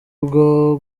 bwo